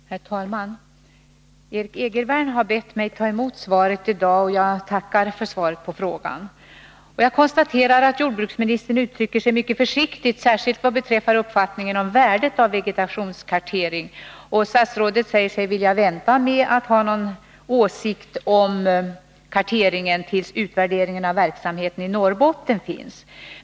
Herr talman! Erik Egervärn har bett mig att ta emot svaret i dag, och jag tackar för svaret på frågan. Jag konstaterar att jordbruksministern uttrycker sig mycket försiktigt, särskilt vad beträffar uppfattningen om värdet av en vegetationskartering. Statsrådet säger sig vilja vänta med att ha någon åsikt om karteringen tills utvärderingen av verksamheten i Norrbotten är färdig.